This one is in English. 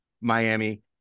Miami